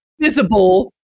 visible